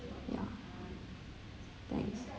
ya thanks